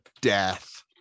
Death